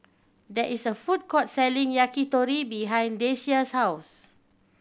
there is a food court selling Yakitori behind Deasia's house